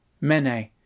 Mene